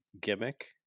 gimmick